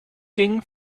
ging